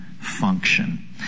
function